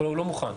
לא, הוא לא מוכן.